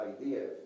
idea